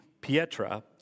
Pietra